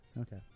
Okay